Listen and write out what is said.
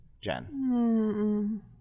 Jen